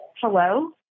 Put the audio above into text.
Hello